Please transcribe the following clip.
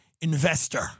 Investor